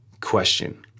question